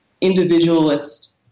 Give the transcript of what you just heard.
individualist